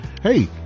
hey